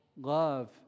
love